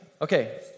Okay